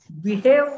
behave